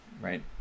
Right